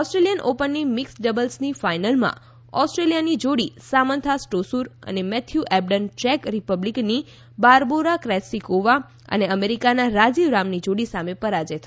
Australian ઓપનની mixed ડબલ્સની ફાઇનલમાં ઓસ્ટ્રેલિયાની જોડી સામંથા સ્ટોસુર અને મેથ્યુ એબડન ચેક રીપબ્લીકની બાર્બોરા ક્રેજ્સીકોવા અને અમેરિકાના રાજીવ રામની જોડી સામે પરાજય થયો છે